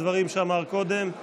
מבקש להוסיף משפט על הדברים שאמר קודם.